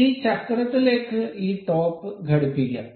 ഈ ചക്രത്തിലേക്ക് ഈ ടോപ്പ് ഘടിപ്പിക്കാം